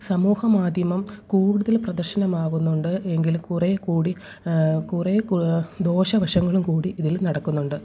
സമൂഹമാധ്യമം കൂടുതല് പ്രദര്ശനമാകുന്നുണ്ട് എങ്കിലും കുറെ കൂടി കുറേ ദോഷവശങ്ങളും കൂടി ഇതിൽ നടക്കുന്നുണ്ട്